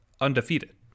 undefeated